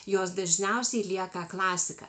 jos dažniausiai lieka klasika